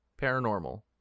Paranormal